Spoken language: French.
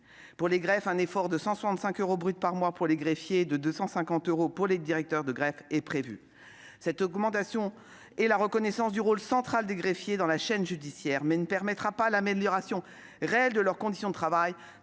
Pour les greffes, un effort de 165 euros brut par mois pour les greffiers et de 250 euros pour les directeurs de greffe est prévu. Cette augmentation est la reconnaissance du rôle central des greffiers dans la chaîne judiciaire, mais elle ne permettra pas l'amélioration réelle de leurs conditions de travail